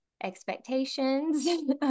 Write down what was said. expectations